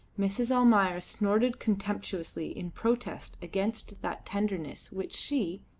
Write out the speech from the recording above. mrs. almayer snorted contemptuously in protest against that tenderness which she,